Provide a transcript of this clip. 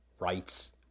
rights